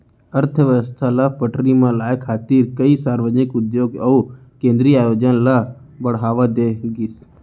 अर्थबेवस्था ल पटरी म लाए खातिर कइ सार्वजनिक उद्योग अउ केंद्रीय आयोजन ल बड़हावा दे गिस